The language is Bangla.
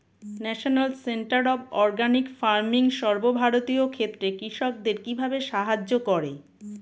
National centre of organic farming সর্বভারতীয় ক্ষেত্রে কৃষকদের কিভাবে সাহায্য করে?